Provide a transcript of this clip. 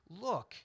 look